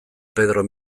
pedro